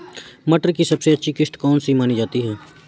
मटर की सबसे अच्छी किश्त कौन सी मानी जाती है?